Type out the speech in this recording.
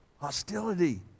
hostility